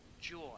joy